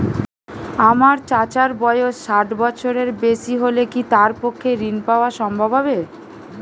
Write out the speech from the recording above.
আমার চাচার বয়স ষাট বছরের বেশি হলে কি তার পক্ষে ঋণ পাওয়া সম্ভব হবে?